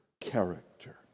character